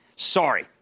Sorry